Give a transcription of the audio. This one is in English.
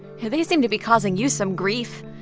yeah, they seem to be causing you some grief.